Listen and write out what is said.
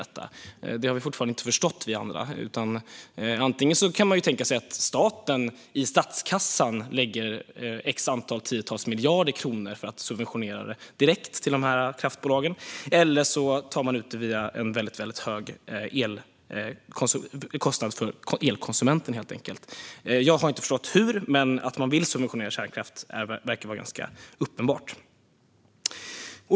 Detta har vi andra fortfarande inte förstått. Antingen kan staten lägga tiotals miljarder kronor i statskassan för att direkt subventionera kraftbolagen, eller också kan en väldigt hög kostnad tas ut av elkonsumenterna. Jag har inte förstått hur, men att man vill subventionera kärnkraft är uppenbart.